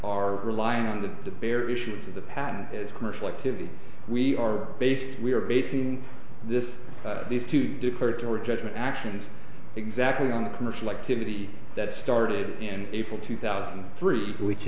are relying on the bare issuance of the patent as commercial activity we are based we are basing this these to defer to or judgment actions exactly on the commercial activity that started in april two thousand and three which